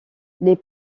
les